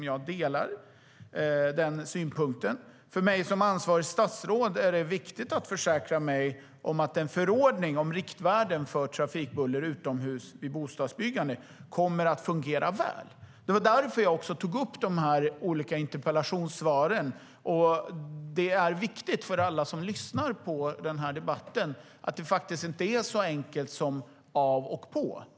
Jag delar det synsättet. För mig som ansvarigt statsråd är det viktigt att försäkra mig om att en förordning om riktvärden för trafikbuller utomhus vid bostadsbyggande kommer att fungera väl. Det var också därför jag tog upp de olika interpellationssvaren. Det är viktigt att klargöra för alla som lyssnar på debatten att det inte är så enkelt som av och på.